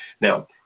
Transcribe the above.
Now